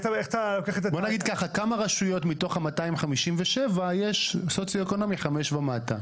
כמה רשויות מתוך ה-257 יש סוציו-אקונומי 5 ומטה?